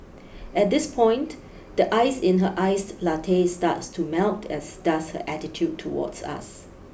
at this point the ice in her iced latte starts to melt as does her attitude towards us